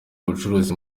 ubucuruzi